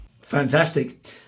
Fantastic